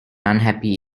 unhappy